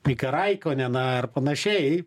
mike raikoneną ar panašiai